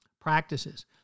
practices